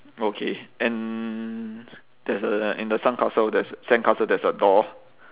okay and there's a in the sandcastle there's sandcastle there's a door